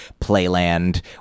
playland